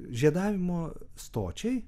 žiedavimo stočiai